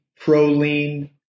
proline